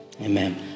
Amen